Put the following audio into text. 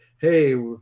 hey